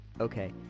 okay